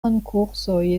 konkursoj